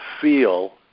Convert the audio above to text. feel